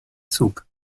zug